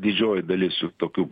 didžioji dalis jų tokių